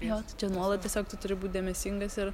jo tai čia nuolat tiesiog tu turi būt dėmesingas ir